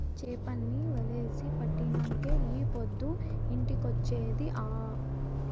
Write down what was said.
చేపల్ని వలేసి పట్టినంకే ఈ పొద్దు ఇంటికొచ్చేది ఆ